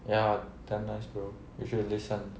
ya damn nice bro you should listen